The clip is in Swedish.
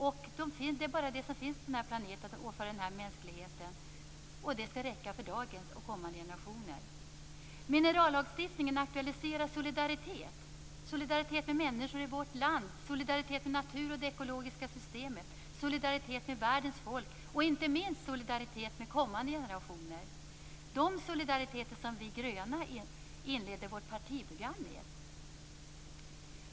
Det finns bara dessa på den här planeten och för den här mänskligheten. De skall räcka för dagens och för kommande generationer. Minerallagstiftningen aktualiserar solidaritet med människor i vårt land, med natur och med det ekologiska systemet, med världens folk och inte minst med kommande generationer. Detta är de solidariteter som vi gröna inleder vårt partiprogram med.